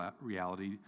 reality